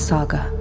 Saga